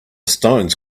stones